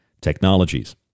Technologies